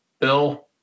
Bill